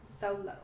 Solo